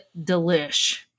delish